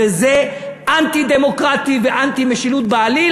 וזה אנטי-דמוקרטי ואנטי-משילות בעליל,